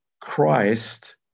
Christ